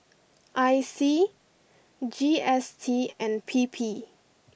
I C G S T and P P